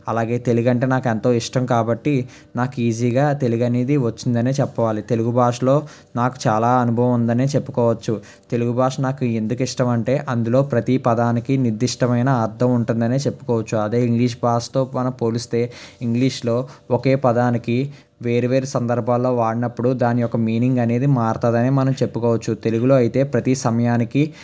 అలాగే తెలుగు అంటే నాకు ఎంతో ఇష్టం కాబట్టి నాకు ఈజీగా తెలుగనేది వచ్చిందని చెప్పాలి తెలుగు భాషలో నాకు చాలా అనుభవం ఉందని చెప్పుకోవచ్చు తెలుగు భాష నాకు ఎందుకు ఇష్టం అంటే అందులో ప్రతి పదానికి నిర్దిష్టమైన అర్థం ఉంటుందని చెప్పుకోవచ్చు అదే ఇంగ్లీష్ భాషతో మనం పోలిస్తే ఇంగ్లీష్లో ఒకే పదానికి వేరువేరు సందర్భాల్లో వాడినప్పుడు దాని యొక్క మీనింగ్ అనేది మారతాదని మనం చెప్పుకోవచ్చు తెలుగులో అయితే ప్రతి సమయానికి